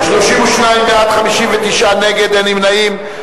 32 בעד, 59 נגד, אין נמנעים.